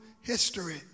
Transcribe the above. history